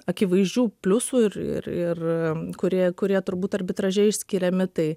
akivaizdžių pliusų ir ir ir kuri kurie turbūt arbitraže išskiriami tai